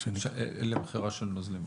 למכירה של נוזלים.